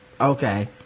Okay